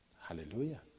Hallelujah